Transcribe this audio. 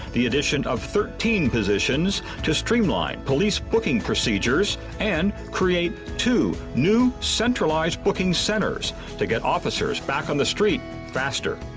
the addition of thirteen positions to streamline police booking procedures, and create two new centralized bookings centers to get officers back on the street faster.